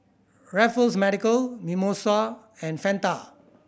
Raffles Medical Mimosa and Fanta